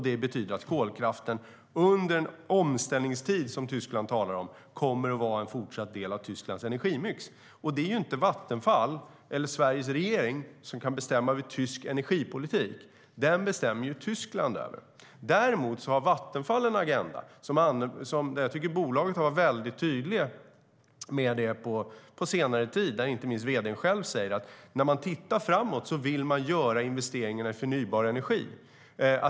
Det betyder att kolkraften, under en omställningstid som Tyskland talar om, kommer att vara en fortsatt del av Tysklands energimix. Det är inte Vattenfall eller Sveriges regering som bestämmer över tysk energipolitik. Den bestämmer Tyskland över. Däremot har Vattenfall en agenda. Jag tycker att bolaget har varit mycket tydligt med det på senare tid. Inte minst vd:n själv säger: När man tittar framåt vill man göra investeringarna i förnybar energi.